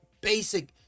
basic